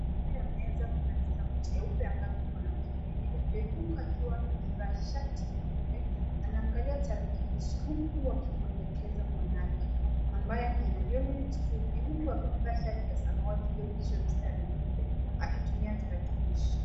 Juu ya meza kuna kitabu cheupe ambapo mwanamke mwenye nywele ndefu, akiwa amevaa shati nyeupe ana anagalia tarakilishi, huku akimwelekeza mwanake ambaye ana nywele fupi huku akiwa amevaa shati ya samawati iliyopitishwa mistari nyeupe akitumia tarakilishi.